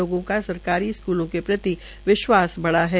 लोगों को सरकारी स्कूलों के प्रति विश्वास बढ़ा है